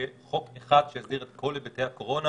שיהיה חוק אחד שיסדיר את כל היבטי הקורונה.